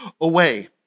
away